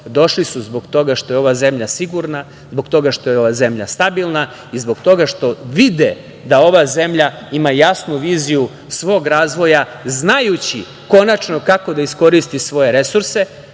Došli su zbog toga što je ova zemlja sigurna, zbog toga što je ova zemlja stabilna i zbog toga što vide da ova zemlja ima jasnu viziju svog razvoja, znajući konačno kako da iskoristi svoje resurse,